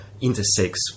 intersects